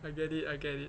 I get it I get it